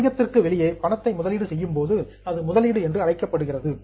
வணிகத்திற்கு வெளியே பணத்தை முதலீடு செய்யும் போது அது முதலீடு என்று அழைக்கப்படுகிறது